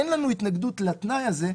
אין לנו התנגדות להפנות לתנאי הזה,